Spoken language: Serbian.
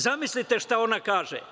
Zamislite šta ona kaže?